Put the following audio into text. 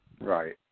Right